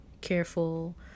careful